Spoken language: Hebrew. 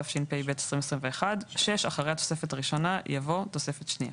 התשפ"ב-2021"; (6)אחרי התוספת הראשונה יבוא: "תוספת שנייה